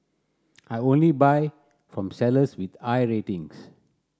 I only buy from sellers with I ratings